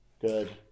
good